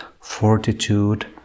fortitude